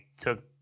took